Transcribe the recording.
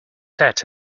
set